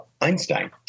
Einstein